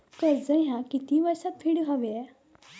कर्ज ह्या किती वर्षात फेडून हव्या?